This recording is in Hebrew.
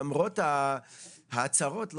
למרות ההצהרות,